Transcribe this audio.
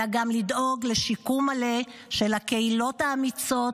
אלא גם לדאוג לשיקום מלא של הקהילות האמיצות,